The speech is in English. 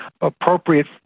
appropriate